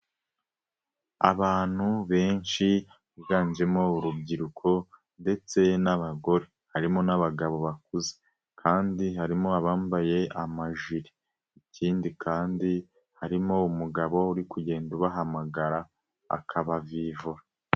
Abantu benshi biganjemo urubyiruko ndetse n'abagore, harimo n'abagabo bakuze kandi harimo abambaye amajire ikindi kandi harimo umugabo uri kugenda ubahamagara akabavivura.